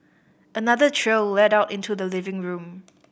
another trail led out into the living room